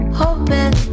hoping